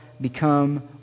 become